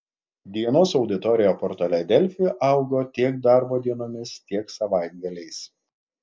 dienos auditorija portale delfi augo tiek darbo dienomis tiek savaitgaliais